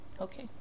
Okay